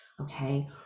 Okay